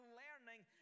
learning